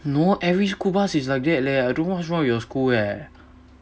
no every school bus is like that leh I don't know what's wrong with your school eh